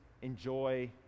Enjoy